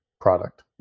product